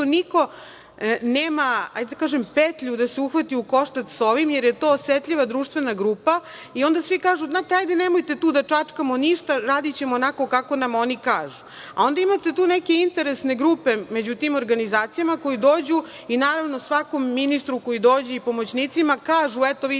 kažem, petlju da se uhvati u koštac sa ovim, jer je to osetljiva društvena grupa i onda svi kažu – znate, hajde nemojte tu da čačkamo ništa, radićemo onako kako nam oni kažu. Onda imate tu neke interesne grupe među tim organizacijama koje dođu, naravno, svakom ministru koji dođe i pomoćnicima kažu – eto, vidite,